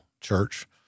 Church